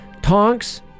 Tonks